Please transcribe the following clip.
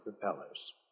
propellers